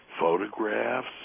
photographs